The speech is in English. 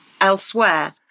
elsewhere